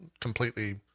completely